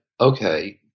okay